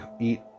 eat